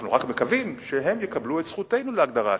אנחנו רק מקווים שהם יקבלו את זכותנו להגדרה עצמית.